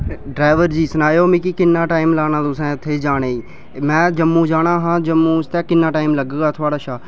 driver जी सुनाएओ मिगी किन्ना टैम लाना तुसें उत्थै जाने गी में जम्मू जाना हा जम्मू आस्तै किन्ना टाइम लग्गग थुहाड़े कशा